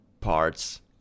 parts